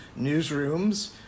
newsrooms